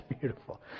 beautiful